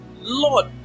lord